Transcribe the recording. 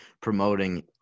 promoting